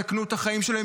יסכנו את החיים שלהם,